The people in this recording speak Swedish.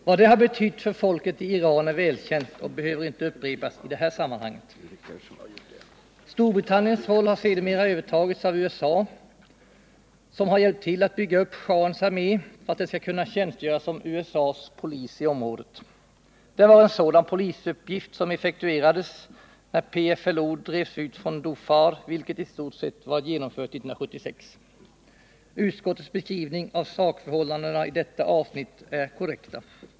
Vad det har betytt för folket i Iran är välkänt och behöver inte upprepas i det här sammanhanget. Storbritanniens roll har senare övertagits av USA, som har hjälpt till att bygga upp schahens armé, så att den skall kunna tjänstgöra som USA:s polis i området. Det var en sådan polisuppgift som effektuerades när PFLO drevs ut från Dhofar, vilket i stort sett var genomfört 1976. Utskottets beskrivning av sakförhållandena är korrekt när det gäller detta avsnitt.